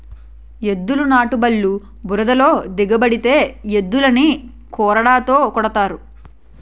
ఎద్దుల నాటుబల్లు బురదలో దిగబడితే ఎద్దులని కొరడాతో కొడతారు